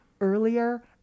earlier